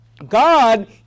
God